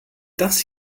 das